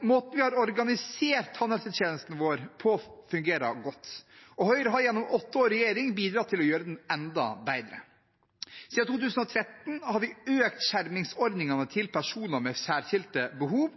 Måten vi har organisert tannhelsetjenesten vår på, fungerer godt, og Høyre har gjennom åtte år i regjering bidratt til å gjøre den enda bedre. Siden 2013 har vi økt skjermingsordningene til personer med særskilte behov,